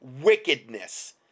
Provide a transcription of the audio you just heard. wickedness